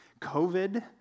covid